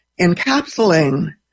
encapsulating